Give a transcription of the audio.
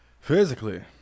Physically